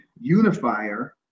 unifier